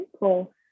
cool